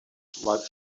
while